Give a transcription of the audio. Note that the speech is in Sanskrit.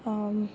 आम्